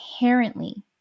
inherently